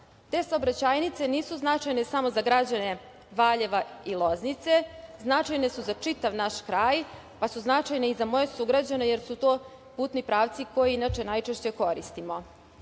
Te saobraćajnice nisu značajne samo za građane Valjeva i Loznice. Značajne su za čitav naš kraj, pa su značajne i sa moje sugrađane jer su to putni pravci koje inače najčešće koristimo. Ako